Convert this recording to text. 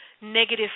Negative